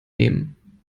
nehmen